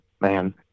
man